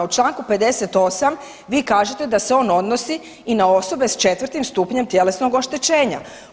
U Članku 58. vi kažete da se on odnosi i na osobe s 4 stupnjem tjelesnog oštećenja.